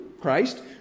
Christ